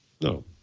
No